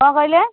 କ'ଣ କହିଲେ